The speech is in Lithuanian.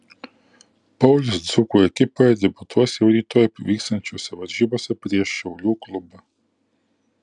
paulius dzūkų ekipoje debiutuos jau rytoj vyksiančiose varžybose prieš šiaulių klubą